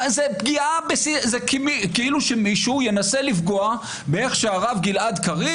זה כאילו מישהו ינסה לפגוע בדרך שבה הרב גלעד קריב